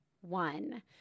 one